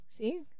See